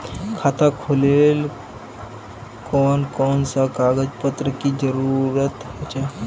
खाता खोलेले कौन कौन सा कागज पत्र की जरूरत होते?